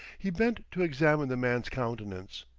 he bent to examine the man's countenance.